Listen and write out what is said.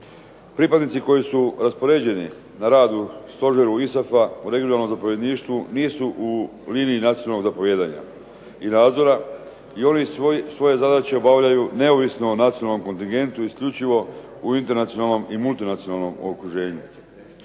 Pripadnici koji su raspoređeni na rad u stožeru ISAF-a u regionalnom zapovjedništvu nisu u liniji nacionalnog zapovijedanja i nadzora i oni svoje zadaće obavljaju neovisno o nacionalnom kontingentu isključivo u internacionalnom i multinacionalnom okruženju.